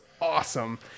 awesome